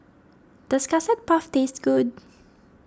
does Custard Puff taste good